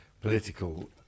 political